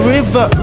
River